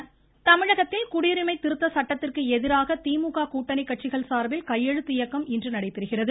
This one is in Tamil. கையெழுத்து இயக்கம் தமிழகத்தில் குடியுரிமை திருத்த சட்டத்திற்கு எதிராக திமுக கூட்டணி கட்சிகள் சார்பில் கையெழுத்து இயக்கம் இன்று நடைபெறுகிறது